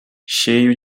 cheio